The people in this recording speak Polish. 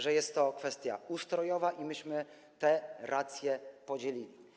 że jest to kwestia ustrojowa, i myśmy te racje podzielili.